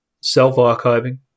self-archiving